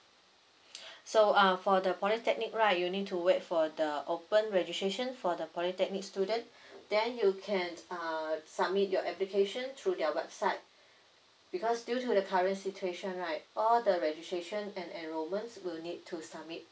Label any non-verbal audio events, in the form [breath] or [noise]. [breath] so uh for the polytechnic right you need to wait for the open registration for the polytechnic student then you can uh submit your application through their website because due to the current situation right all the registration and enrollments will need to submit